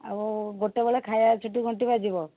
ଆଉ ଗୋଟେବେଳେ ଖାଇବା ଛୁଟି ଘଣ୍ଟି ବାଜିବ